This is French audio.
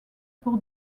pour